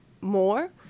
more